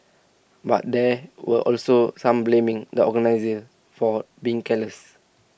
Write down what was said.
but there were also some blaming the organisers for being careless